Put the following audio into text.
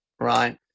Right